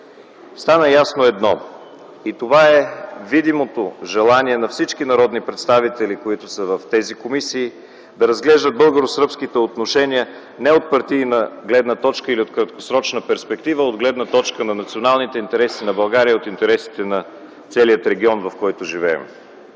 стана ясно едно и то е видимото желание на всички народни представители от тези комисии да разглеждат българо-сръбските отношения не от партийна гледна точка или от краткосрочна перспектива, а от гледна точка на националните интереси на България и от интересите на целия регион, в който живеем.